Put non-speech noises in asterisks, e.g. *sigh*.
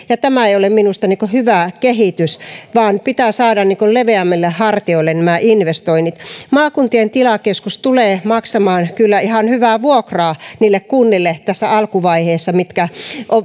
*unintelligible* ja tämä ei ole minusta hyvä kehitys vaan pitää saada leveämmille hartioille nämä investoinnit maakuntien tilakeskus tulee kyllä maksamaan ihan hyvää vuokraa tässä alkuvaiheessa niille kunnille